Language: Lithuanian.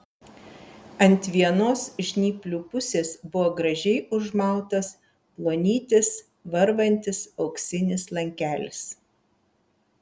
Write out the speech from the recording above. ant vienos žnyplių pusės buvo gražiai užmautas plonytis varvantis auksinis lankelis